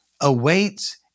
awaits